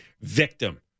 victim